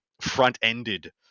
front-ended